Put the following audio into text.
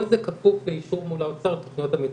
כל זה כפוף לאישור מול האוצר על תכנית המיטות.